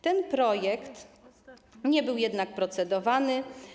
Ten projekt nie był jednak procedowany.